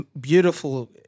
beautiful